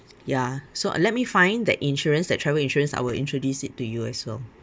ya so uh let me find that insurance that travel insurance I will introduce it to you as well